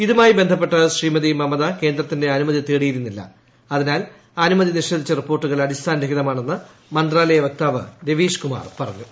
ഇതുമായി ബന്ധപ്പെട്ട് ശ്രീമതി മമത കേന്ദ്രത്തിന്റെ അനുമതി തേടിയിരുന്നില്ല അതിനാൽ അനുമതി നിഷേധിച്ച റിപ്പോർട്ടുകൾ അടിസ്ഥാനരഹിതമാണെന്ന് മന്ത്രാലയ വക്താവ് രവീഷ്കുമാർ പറഞ്ഞു